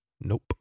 nope